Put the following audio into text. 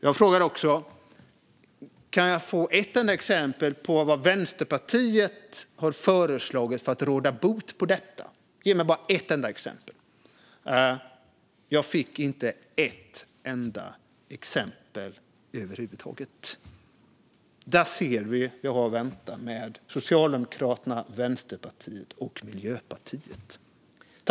Jag frågade om jag kunde få ett enda exempel på vad Vänsterpartiet har föreslagit för att råda bot på detta. Ge mig bara ett enda exempel! Jag fick inte enda exempel över huvud taget. Där ser vi vad vi har att vänta oss med Socialdemokraterna, Vänsterpartiet och Miljöpartiet.